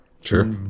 sure